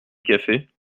café